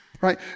Right